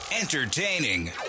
entertaining